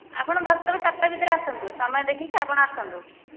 ଆପଣ ଦଶଟାରୁ ଚାରିଟା ଭିତରେ ଆସନ୍ତୁ ସମୟ ଦେଖିକି ଆପଣ ଆସନ୍ତୁ